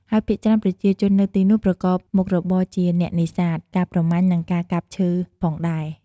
ហើយភាគច្រើនប្រជាជននៅទីនោះប្រកបមុខរបរជាអ្នកនេសាទ ការប្រមាញ់ និងការកាប់ឈើផងដែរ។